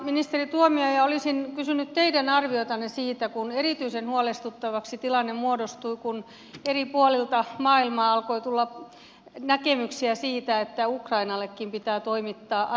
ministeri tuomioja olisin kysynyt teidän arviotanne siitä kun erityisen huolestuttavaksi tilanne muodostui kun eri puolilta maailmaa alkoi tulla näkemyksiä siitä että ukrainallekin pitää toimittaa aseita